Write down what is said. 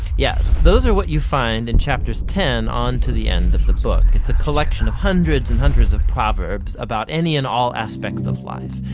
yeah, those are what you find in chapters ten on to the end of the book. it's a collection of hundreds and hundreds of proverbs about any and all aspects of life.